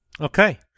Okay